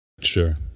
Sure